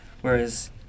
whereas